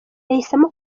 yahisemo